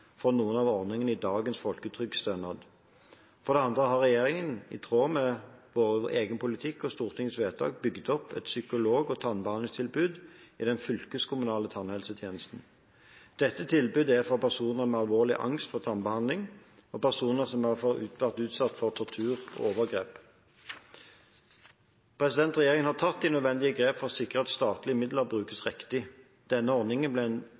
for noen av ordningene i dagens folketrygdstønad. For det andre har regjeringen, i tråd med sin egen politikk og Stortingets vedtak, bygget opp et psykolog- og tannbehandlingstilbud i den fylkeskommunale tannhelsetjenesten. Dette tilbudet er for personer med alvorlig angst for tannbehandling og personer som har vært utsatt for tortur eller overgrep. Regjeringen har tatt de nødvendige grep for å sikre at statlige midler brukes riktig. Denne ordningen ble